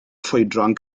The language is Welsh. ffrwydron